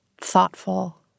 thoughtful